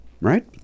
right